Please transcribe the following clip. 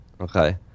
Okay